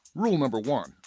rule number one.